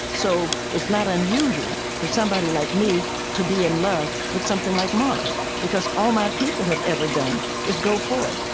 so it's not unusual for somebody like me to be in love with something like mars, because all my people have ever done is go forward.